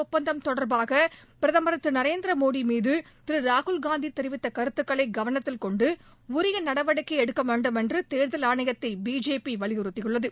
ஒப்பந்தம் தொடர்பாக பிரதமர் திரு நரேந்திரமோடி மீது திரு ராகுல்காந்தி தெரிவித்த கருத்துக்களை கவனத்தில் கொண்டு உரிய நடவடிக்கை எடுக்க வேண்டும் என்று தேர்தல் ஆணையத்தை பிஜேபி வலியுறுத்தியுள்ளது